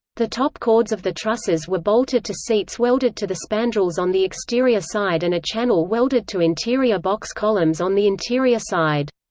the top chords of the trusses were bolted to seats welded to the spandrels on the exterior side and a channel welded to interior box columns on the interior side.